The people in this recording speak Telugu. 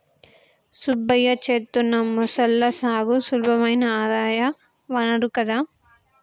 సుబ్బయ్య చేత్తున్న మొసళ్ల సాగు సులభమైన ఆదాయ వనరు కదా